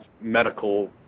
medical